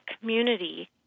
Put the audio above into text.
community